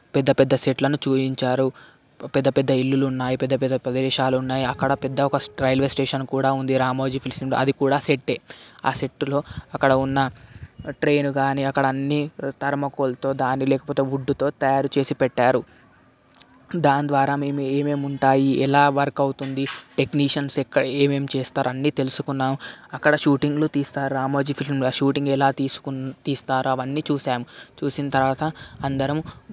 పెద్ద పెద్ద సెట్లను చూపించారు పెద్దపెద్ద ఇల్లులు ఉన్నాయి పెద్ద పెద్ద ప్రదేశాలు ఉన్నాయి అక్కడ పెద్ద ఒక రైల్వే స్టేషన్ కూడా ఉంది రామోజీ ఫిలిం సిటీలో అది కూడా సెట్టే ఆ సెట్టులో అక్కడ ఉన్న ట్రైన్ కానీ అక్కడ అన్నీ ధర్మకోల్తో కానీ లేకపోతే వుడ్తో తయారు చేసి పెట్టారు దాని ద్వారా మేము ఏమేమి ఉంటాయి ఎలా వర్క్ అవుతుంది టెక్నీషియన్స్ ఎక్కడ ఏమేమి చేస్తారు అన్నీ తెలుసుకున్నాం అక్కడ షూటింగ్లు తీస్తారు రామోజీ ఫిలిం సిటీలో షూటింగ్ ఎలా తీస్తారు అవన్నీ చూసాం చూసిన తర్వాత అందరం